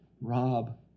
rob